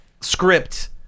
script